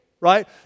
right